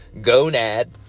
gonad